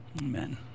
Amen